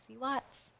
Watts